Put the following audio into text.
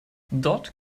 dort